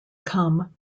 come